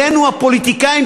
לנו הפוליטיקאים,